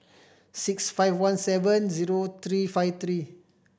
six five one seven zero three five three